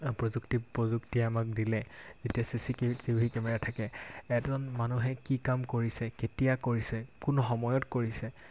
প্ৰযুক্তি প্ৰযুক্তিয়ে আমাক দিলে এতিয়া C C TV TV camera থাকে এজন মানুহে কি কাম কৰিছে কেতিয়া কৰিছে কোন সময়ত কৰিছে